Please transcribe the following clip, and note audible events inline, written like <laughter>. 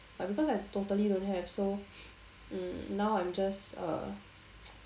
but because I totally don't have so um now I'm just uh <noise>